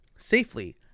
safely